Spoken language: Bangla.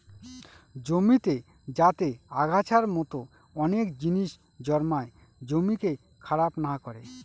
জমিতে যাতে আগাছার মতো অনেক জিনিস জন্মায় জমিকে খারাপ না করে